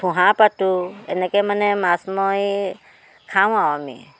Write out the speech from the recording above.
পাতোঁ এনেকৈ মানে মাছ মই খাওঁ আৰু আমি